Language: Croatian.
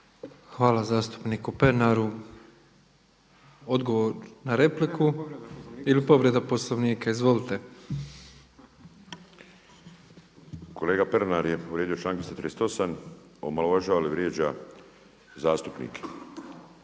Hvala zastupniku Pernaru. Odgovor na repliku ili povreda Poslovnika, izvolite. **Bulj, Miro (MOST)** Kolega Pernar je povrijedio članak 238., omalovažava i vrijeđa zastupnike.